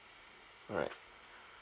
alright